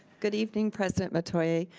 good evening president metoyer,